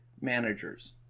Managers